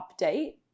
update